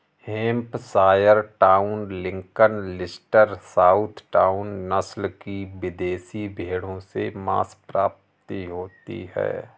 Hampshire town, Lincoln, Leicester, south town, नस्ल की विदेशी भेंड़ों से माँस प्राप्ति होती है